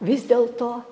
vis dėlto